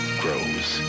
grows